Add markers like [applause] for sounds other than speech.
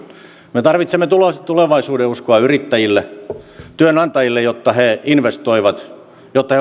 me tarvitsemme tulevaisuudenuskoa yrittäjille työnantajille jotta he investoivat jotta [unintelligible]